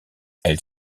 elle